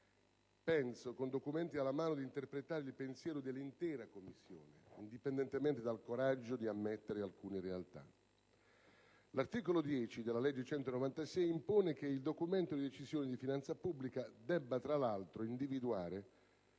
con documenti alla mano - di interpretare il pensiero dell'intera Commissione, indipendentemente dal coraggio di ammettere alcune realtà. L'articolo 10 della legge n. 196 del 2009 prevede che la Decisione di finanza pubblica debba, tra l'altro, individuare,